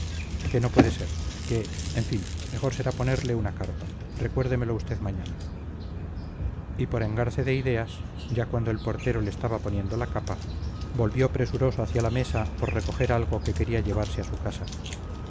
que no puede ser que en fin mejor será ponerle una carta recuérdemelo usted mañana y por engarce de ideas ya cuando el portero le estaba poniendo la capa volvió presuroso hacia la mesa por recoger algo que quería llevarse a su casa